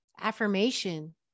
affirmation